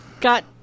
got